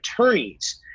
attorneys